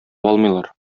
алмыйлар